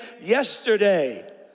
yesterday